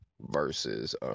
versus